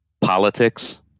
politics